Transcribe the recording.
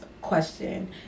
question